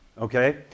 Okay